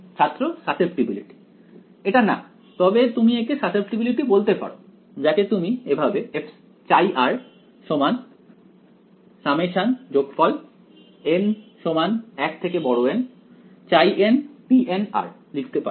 ছাত্র সাসেপ্টিবিলিটি এটা না তবে তুমি একে সাসেপ্টিবিলিটি বলতে পারো যাকে তুমি এভাবে χ n pn লিখতে পারো